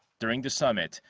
during the summit,